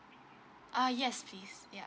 uh yes please ya